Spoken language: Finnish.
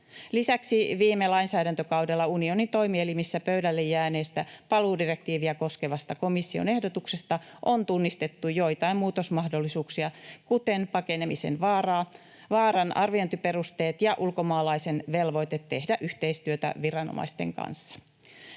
Lisäksi viime lainsäädäntökaudella unionin toimielimissä pöydälle jääneestä paluudirektiiviä koskevasta komission ehdotuksesta on tunnistettu joitain muutosmahdollisuuksia, kuten pakenemisen vaaran arviointiperusteet ja ulkomaalaisen velvoite tehdä yhteistyötä viranomaisten kanssa.